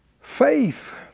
faith